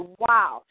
wow